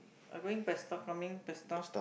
I going Pesta coming Pesta